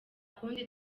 kundi